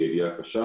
היא ידיעה קשה,